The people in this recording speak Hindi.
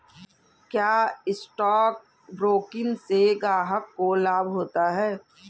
क्या स्टॉक ब्रोकिंग से ग्राहक को लाभ होता है?